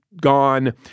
gone